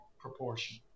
proportion